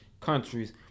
countries